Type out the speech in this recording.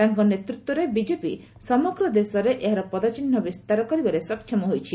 ତାଙ୍କ ନେତୃତ୍ୱରେ ବିଜେପି ସମଗ୍ର ଦେଶରେ ଏହାର ପଦଚିହ୍ନ ବିସ୍ତାର କରିବାରେ ସକ୍ଷମ ହୋଇଛି